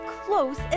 close